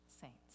saints